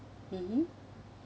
mmhmm